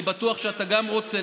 אני בטוח שגם אתה רוצה,